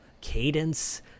cadence